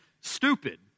stupid